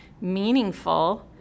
meaningful